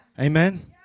Amen